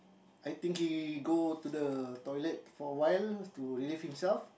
I think he go to the toilet for awhile to relieve himself